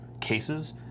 cases